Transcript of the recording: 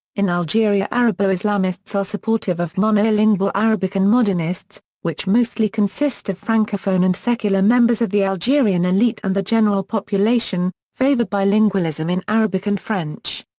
in algeria arabo-islamists are supportive of monolingual arabic and modernists, which mostly consist of francophone and secular members of the algerian elite and the general population, favor bilingualism in arabic and french.